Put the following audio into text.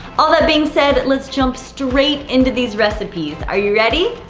all that being said, let's jump straight into these recipes. are you ready?